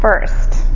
first